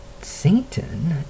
Satan